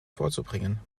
vorzubringen